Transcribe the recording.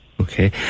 okay